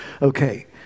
Okay